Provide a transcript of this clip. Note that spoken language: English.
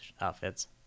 outfits